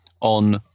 on